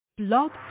Blog